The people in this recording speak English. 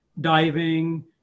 diving